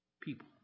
people